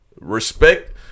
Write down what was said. Respect